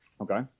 Okay